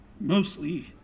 Mostly